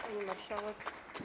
Pani Marszałek!